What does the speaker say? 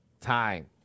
time